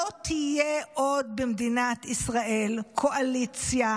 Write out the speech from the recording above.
לא תהיה עוד במדינת ישראל קואליציה